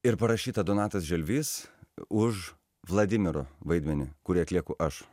ir parašyta donatas želvys už vladimiro vaidmenį kurį atlieku aš